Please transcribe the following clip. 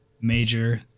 major